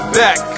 back